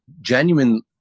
genuine